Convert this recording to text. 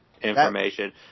information